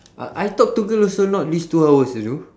uh I talk to girl also not reach two hours you know